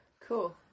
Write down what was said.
cool